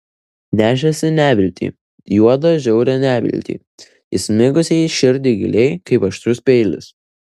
nešėsi neviltį juodą žiaurią neviltį įsmigusią į širdį giliai kaip aštrus peilis